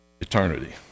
Eternity